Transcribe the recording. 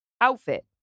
outfit